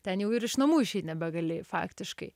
ten jau ir iš namų išeit nebegali faktiškai